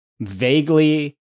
vaguely